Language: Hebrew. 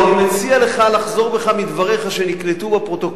אני מציע לך לחזור בך מדבריך שנקלטו בפרוטוקול,